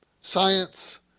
science